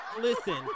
Listen